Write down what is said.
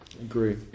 Agree